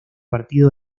partido